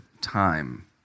time